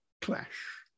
clash